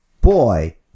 Boy